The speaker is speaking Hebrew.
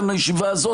גם לישיבה הזאת,